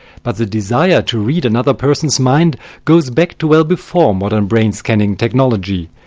but the desire to read another person's mind goes back to well before modern brain-scanning technology.